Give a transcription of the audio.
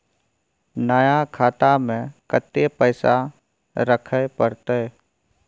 नया खाता में कत्ते पैसा रखे परतै?